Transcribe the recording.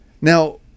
Now